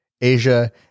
Asia